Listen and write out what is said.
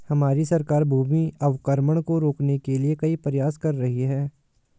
हमारी सरकार भूमि अवक्रमण को रोकने के लिए कई प्रयास कर रही है